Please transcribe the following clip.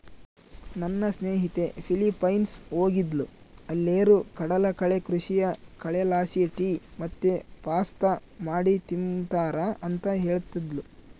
ನನ್ನ ಸ್ನೇಹಿತೆ ಫಿಲಿಪೈನ್ಸ್ ಹೋಗಿದ್ದ್ಲು ಅಲ್ಲೇರು ಕಡಲಕಳೆ ಕೃಷಿಯ ಕಳೆಲಾಸಿ ಟೀ ಮತ್ತೆ ಪಾಸ್ತಾ ಮಾಡಿ ತಿಂಬ್ತಾರ ಅಂತ ಹೇಳ್ತದ್ಲು